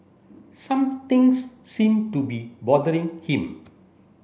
somethings seem to be bothering him